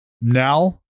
Now